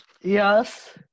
Yes